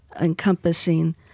encompassing